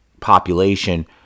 population